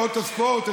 באות הספורט,